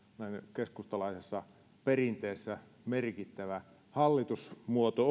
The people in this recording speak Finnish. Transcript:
keskustalaisessa perinteessä ollut merkittävä hallitusmuoto